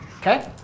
Okay